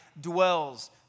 dwells